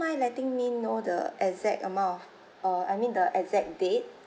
mind letting me know the exact amount of uh I mean the exact date